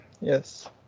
Yes